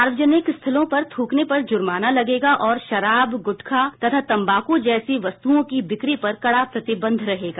सार्वजनकि स्थलों पर थ्रकने पर जुर्माना लगेगा और शराब गुटखा तथा तंबाकू जैसी वस्तुओं की बिक्री पर कड़ा प्रतिबंध रहेगा